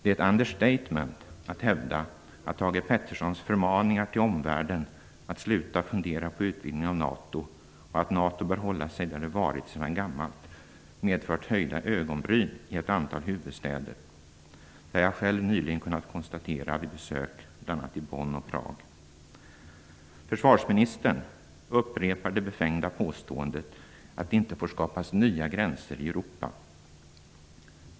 Det är ett "understatement" att hävda att Thage G Petersons förmaningar till omvärlden, att sluta fundera på utvidgning av NATO och att NATO bör hålla sig där det varit sedan gammalt, har medfört höjda ögonbryn i ett antal huvudstäder. Det har jag själv nyligen kunnat konstatera vid besök i bl.a. Bonn och Prag. Försvarsministern upprepar det befängda påståendet att det inte får skapas nya gränser i Europa.